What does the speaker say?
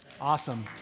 Awesome